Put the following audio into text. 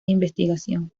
investigación